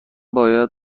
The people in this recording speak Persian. باید